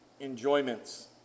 enjoyments